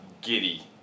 giddy